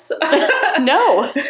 No